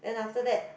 then after that